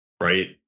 right